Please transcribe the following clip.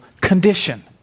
condition